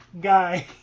guy